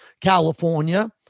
California